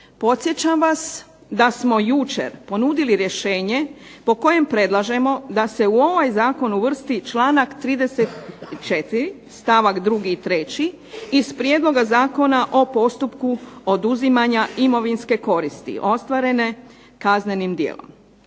podsjećam vas da smo jučer ponudili rješenje po kojem predlažemo da se u ovaj zakon uvrsti članak 34. stavak drugi i treći iz Prijedloga zakona o postupku oduzimanja imovinske koristi ostvarene kaznenim djelom.